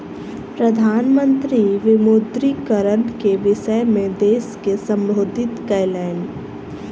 प्रधान मंत्री विमुद्रीकरण के विषय में देश के सम्बोधित कयलैन